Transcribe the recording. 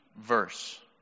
verse